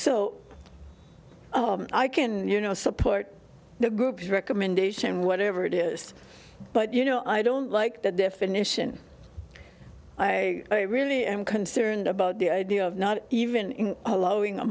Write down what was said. so i can you know support the group's recommendation whatever it is but you know i don't like that definition i really am concerned about the idea of not even allowing a